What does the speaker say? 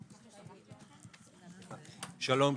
שלום,